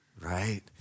right